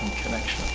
connection.